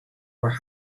were